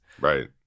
right